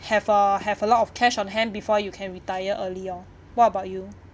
have a have a lot of cash on hand before you can retire earlier what about you